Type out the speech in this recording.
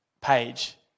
page